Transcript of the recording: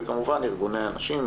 וכמובן ארגוני הנשים,